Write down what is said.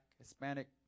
Hispanic